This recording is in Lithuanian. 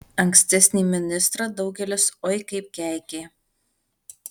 ankstesnį ministrą daugelis oi kaip keikė